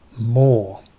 more